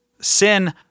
sin